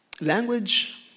language